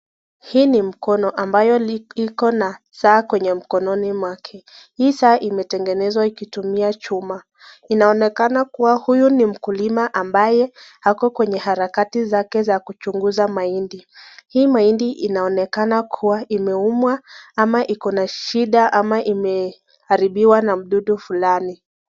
Hii ni mkono ambayo ikona saa kwenye mkononi mwake. Hii saa imetengenezwa ikitumia chuma, inaonekana kuwa huyu ni mkulima ambae ako kwenye harakati zake za kuchunguza mahindi. Hii mahindi inaonekana kuwa imeumwa ama ikona shida ama imeharibiwa na mdudu fulani.